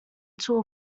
tool